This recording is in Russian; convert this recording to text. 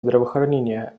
здравоохранения